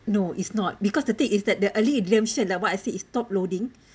no it's not because the thing is that the early redemption like what I said is top loading